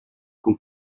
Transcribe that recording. con